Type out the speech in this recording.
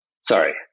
Sorry